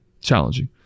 challenging